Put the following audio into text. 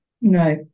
no